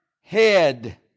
head